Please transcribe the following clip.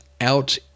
out